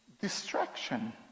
distraction